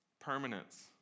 Permanence